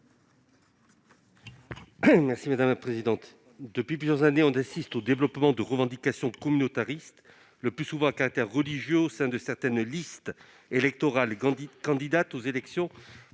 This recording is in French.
M. Max Brisson. Depuis plusieurs années, on assiste au développement de revendications communautaristes, le plus souvent à caractère religieux, au sein de certaines listes électorales candidates aux élections